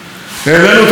את שכר המינימום,